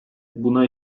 buna